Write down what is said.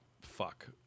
Fuck